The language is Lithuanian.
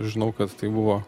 žinau kad tai buvo